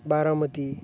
Baramati